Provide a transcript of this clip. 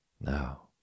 Now